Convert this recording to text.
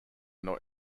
not